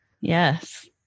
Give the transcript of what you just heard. Yes